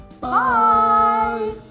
bye